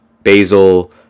Basil